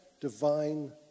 divine